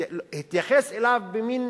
אלא התייחס אליו במין